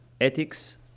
ethics